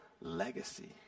legacy